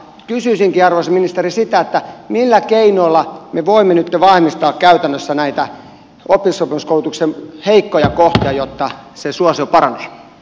kysyisinkin arvoisa ministeri sitä millä keinoilla me voimme nytten vahvis taa käytännössä näitä oppisopimuskoulutuksen heikkoja kohtia jotta sen suosio paranee